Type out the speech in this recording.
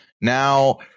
Now